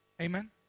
Amen